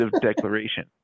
declaration